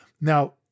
Now